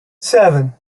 seven